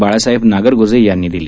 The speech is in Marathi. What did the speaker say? बाळासाहेब नागरगोजे यांनी दिली